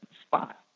spot